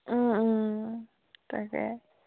তাকে